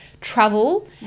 travel